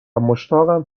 مشتاقم